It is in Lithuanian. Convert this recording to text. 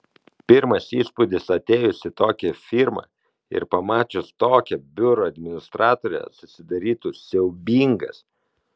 pirmas įspūdis atėjus į tokią firmą ir pamačius tokią biuro administratorę susidarytų siaubingas